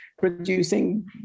producing